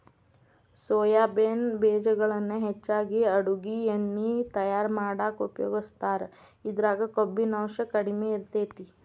soybean ಬೇಜಗಳನ್ನ ಹೆಚ್ಚಾಗಿ ಅಡುಗಿ ಎಣ್ಣಿ ತಯಾರ್ ಮಾಡಾಕ ಉಪಯೋಗಸ್ತಾರ, ಇದ್ರಾಗ ಕೊಬ್ಬಿನಾಂಶ ಕಡಿಮೆ ಇರತೇತಿ